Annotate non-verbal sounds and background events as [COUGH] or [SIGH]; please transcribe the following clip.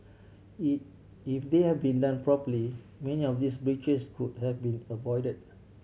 [UNINTELLIGIBLE] if they had been done properly many of these breaches could have been avoided